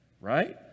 Right